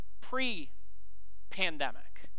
Pre-pandemic